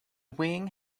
wing